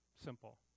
simple